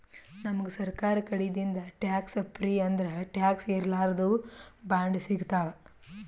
ನಮ್ಗ್ ಸರ್ಕಾರ್ ಕಡಿದಿಂದ್ ಟ್ಯಾಕ್ಸ್ ಫ್ರೀ ಅಂದ್ರ ಟ್ಯಾಕ್ಸ್ ಇರ್ಲಾರ್ದು ಬಾಂಡ್ ಸಿಗ್ತಾವ್